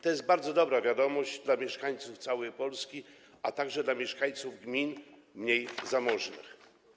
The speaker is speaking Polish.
To jest bardzo dobra wiadomość dla mieszkańców całej Polski, a także dla mieszkańców gmin mniej zamożnych.